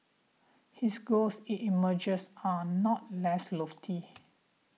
his goals it emerges are not less lofty